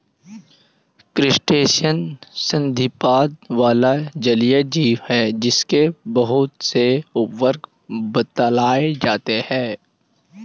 crustacean संधिपाद वाला जलीय जीव है जिसके बहुत से उपवर्ग बतलाए जाते हैं